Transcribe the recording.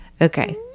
Okay